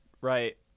right